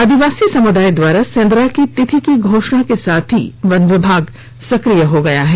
आदिवासी समुदाय द्वारा सेंदरा की तिथि की घोषणा के साथ ही वन विभाग सक्रिय हो गया है